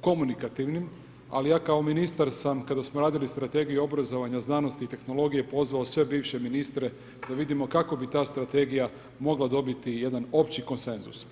komunikativnim, ali ja kao ministar sam kada smo radili strategiju obrazovanja znanosti i tehnologije, pozvao sve bivše ministre, da vidimo kako bi ta strategija mogla dobiti jedan opći konsenzus.